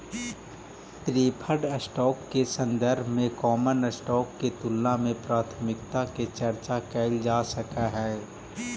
preferred stock के संदर्भ में कॉमन स्टॉक के तुलना में प्राथमिकता के चर्चा कैइल जा सकऽ हई